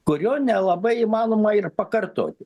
kurio nelabai įmanoma ir pakartoti